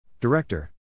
Director